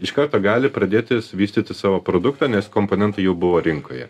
iš karto gali pradėtis vystyti savo produktą nes komponentai jau buvo rinkoje